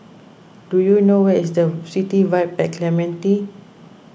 do you know where is the City Vibe at Clementi